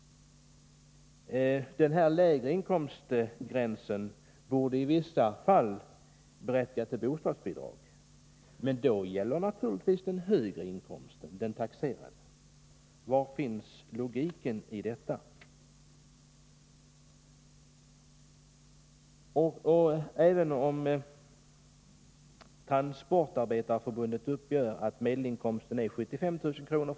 Den lägre inkomsten borde i vissa fall berättiga till bostadsbidrag. Men då gäller naturligtvis den högre inkomsten, den taxerade. Var finns logiken i detta? Även om Transportarbetareförbundet uppger att medelinkomsten är 75 000 kr.